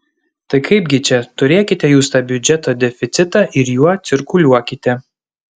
tai kaipgi čia turėkite jūs tą biudžeto deficitą ir juo cirkuliuokite